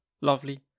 Lovely